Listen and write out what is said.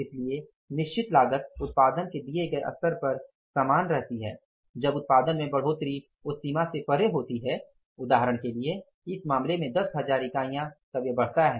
इसलिए निश्चित लागत उत्पादन के दिए गए स्तर पर समान रहती है जब उत्पादन में बढ़ोतरी उस सीमा से परे होती है उदाहरण के लिए इस मामले में 10 हजार यूनिट तब यह बढ़ता है